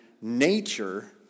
nature